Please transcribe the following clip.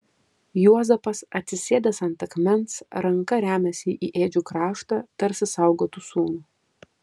juozapas atsisėdęs ant akmens ranka remiasi į ėdžių kraštą tarsi saugotų sūnų